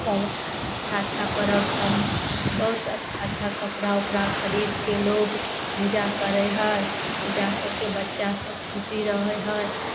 सब अच्छा अच्च्छा पर्व सब बहुत अच्छा अच्छा कपड़ा उपड़ा खरीदके लोग पूजा करय है पूजा करिके बच्चा सब खुशी रहय हइ